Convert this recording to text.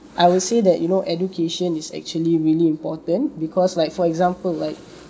I will say that you know education is actually really important because like for example like